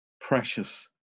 precious